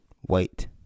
white